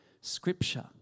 Scripture